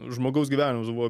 žmogaus gyvenimas buvo